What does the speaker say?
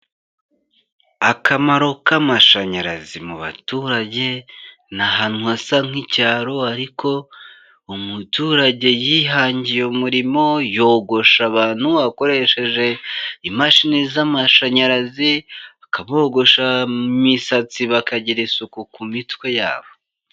Akamaro k'amashanyarazi mu baturage n'ahantu hasa nk'icyaro, ariko umuturage yihangiye umurimo yogosha abantu akoresheje imashini z'amashanyarazi, akabogosha imisatsi bakagira isuku ku mitwe yabo.